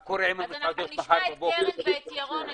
מה קורה עם המסעדות מחר בבוקר?